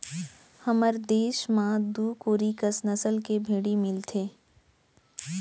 हमर देस म दू कोरी कस नसल के भेड़ी मिलथें